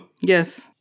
yes